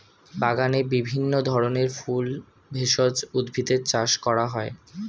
বাগানে বিভিন্ন ধরনের ফুল, ভেষজ উদ্ভিদের চাষ করা হয়